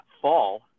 fall